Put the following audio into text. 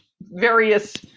various